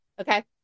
Okay